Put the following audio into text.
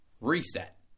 Reset